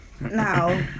Now